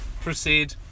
Proceed